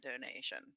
donation